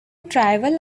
travel